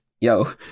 Yo